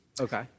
Okay